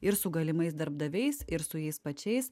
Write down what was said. ir su galimais darbdaviais ir su jais pačiais